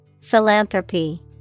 Philanthropy